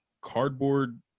cardboard